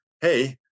hey